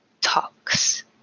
talks